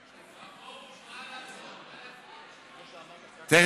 פרוש, תמשיך,